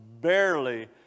barely